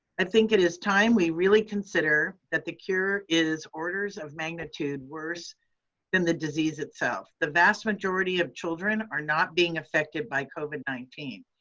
i think it is time we really consider that the cure is orders of magnitude worse than the disease itself. the vast majority of children are not being affected by covid nineteen.